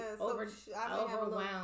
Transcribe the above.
overwhelmed